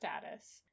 status